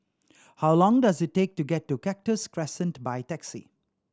how long does it take to get to Cactus Crescent by taxi